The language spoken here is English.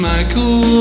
Michael